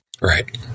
Right